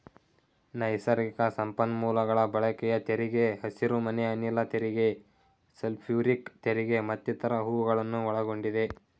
ನೈಸರ್ಗಿಕ ಸಂಪನ್ಮೂಲಗಳ ಬಳಕೆಯ ತೆರಿಗೆ, ಹಸಿರುಮನೆ ಅನಿಲ ತೆರಿಗೆ, ಸಲ್ಫ್ಯೂರಿಕ್ ತೆರಿಗೆ ಮತ್ತಿತರ ಹೂಗಳನ್ನು ಒಳಗೊಂಡಿದೆ